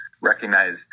recognize